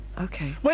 Okay